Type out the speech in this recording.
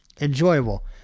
enjoyable